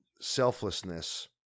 selflessness